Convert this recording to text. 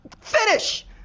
finish